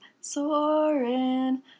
soaring